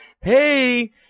Hey